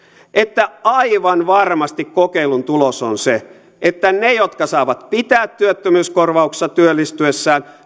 että aivan varmasti kokeilun tulos on se että ne jotka saavat pitää työttömyyskorvauksensa työllistyessään